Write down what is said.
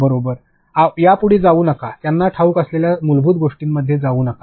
बरोबर यापुढे जाऊ नका आणि त्यांना ठाऊक असलेल्या मूलभूत गोष्टींमध्ये जाऊ नका